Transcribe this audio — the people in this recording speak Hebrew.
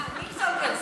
אה, נילס הולגרסן.